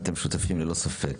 אתם שותפים ללא ספק,